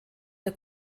der